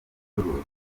ubucuruzi